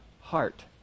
heart